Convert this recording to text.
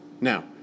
Now